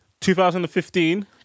2015